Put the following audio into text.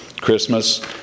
Christmas